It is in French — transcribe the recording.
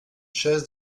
chaise